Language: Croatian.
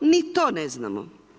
Ni to ne znamo.